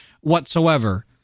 whatsoever